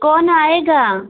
कौन आएगा